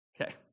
Okay